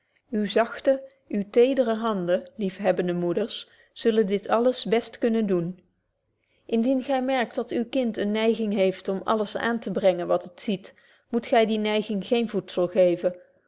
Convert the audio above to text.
uwe zagte uwe tedere handen liefhebbende moeders zullen dit alles best kunnen doen indien gy merkt dat uw kind eene neiging heeft om alles aan te brengen wat het ziet moet gy die neiging geen voedzel geven